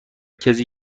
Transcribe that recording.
کسی